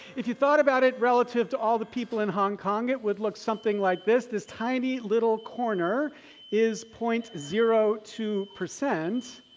if you thought about it, relative to all the people in hong kong, it would look something like this, this tiny little corner is point zero two percent.